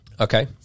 Okay